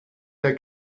der